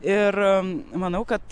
ir manau kad